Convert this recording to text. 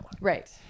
Right